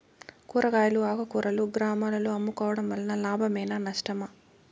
కూరగాయలు ఆకుకూరలు గ్రామాలలో అమ్ముకోవడం వలన లాభమేనా నష్టమా?